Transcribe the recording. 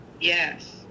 Yes